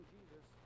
Jesus